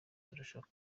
turashaka